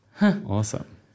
Awesome